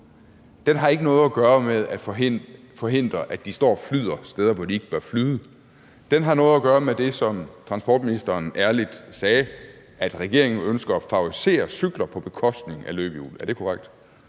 har ikke noget at gøre med at ville forhindre, at de står og flyder steder, hvor de ikke bør flyde. Den har noget at gøre med det, som transportministeren ærligt sagde, nemlig at regeringen ønsker at favorisere cykler på bekostning af løbehjul. Er det korrekt?